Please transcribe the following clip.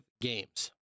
games